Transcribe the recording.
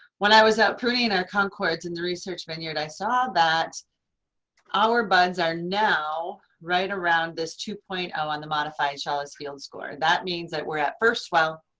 when i was out pruning our concords in the research vineyard i saw that our buds are now right around this two point zero on the modified shaulis field score. that means that we're at first swell.